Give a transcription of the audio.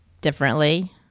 differently